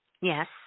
yes